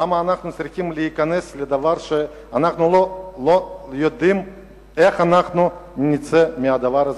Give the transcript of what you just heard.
למה אנחנו צריכים להיכנס לדבר שאנחנו לא יודעים איך נצא ממנו?